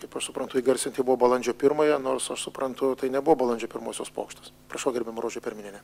kaip aš suprantu įgarsinti buvo balandžio pirmąją nors aš suprantu tai nebuvo balandžio pirmosios pokštas prašau gerbiama rožė perminienė